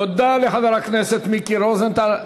תודה לחבר הכנסת מיקי רוזנטל.